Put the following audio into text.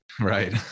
Right